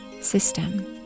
system